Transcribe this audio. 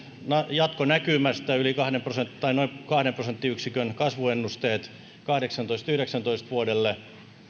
jatkonäkymästä noin kahden prosenttiyksikön kasvuennusteet vuosille kahdeksantoista viiva yhdeksäntoista